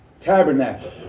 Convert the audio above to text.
tabernacle